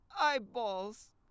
eyeballs